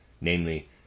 namely